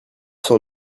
cent